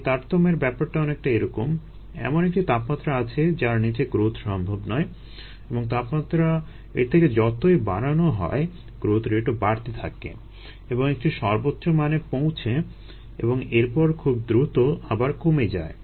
এই তারতম্যের ব্যাপারটা অনেকটা এরকম এমন একটি তাপমাত্রা আছে যার নিচে গ্রোথ সম্ভব নয় এবং তাপমাত্রা এর থেকে যতই বাড়ানো হয় গ্রোথ রেটও বাড়তে থাকে এবং একটি সর্বোচ্চ মানে পৌঁছে এবং এরপর খুব দ্রুত আবার কমে যায়